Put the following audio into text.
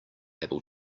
able